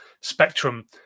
spectrum